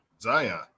Zion